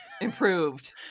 improved